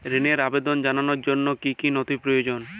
ঋনের আবেদন জানানোর জন্য কী কী নথি প্রয়োজন?